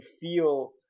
feel